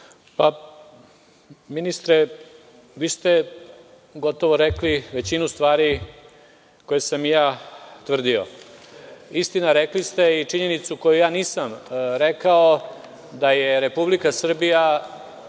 Ministre, vi ste gotovo rekli većinu stvari koje sam i ja tvrdio. Istina rekli ste i činjenicu koju ja nisam rekao, da je Republika Srbija